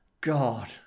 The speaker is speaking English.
God